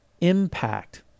impact